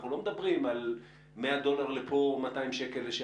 אנחנו לא מדברים על 100 דולר לפה או 200 שקל לשם,